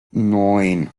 neun